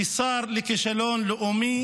כשר לכישלון לאומי